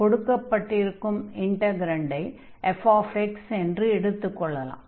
கொடுக்கப்பட்டிருக்கும் இன்டக்ரன்டை fx என்று எடுத்துக் கொள்ளலாம்